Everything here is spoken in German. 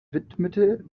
widmete